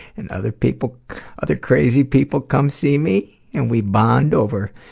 and other people other crazy people come see me, and we bond over